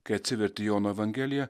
kai atsiverti jono evangeliją